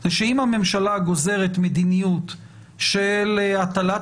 זה שאם הממשלה גוזרת מדיניות של הטלת